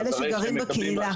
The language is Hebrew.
כאלה שגרים בקהילה.